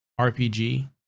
RPG